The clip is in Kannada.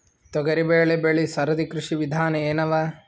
ತೊಗರಿಬೇಳೆ ಬೆಳಿ ಸರದಿ ಕೃಷಿ ವಿಧಾನ ಎನವ?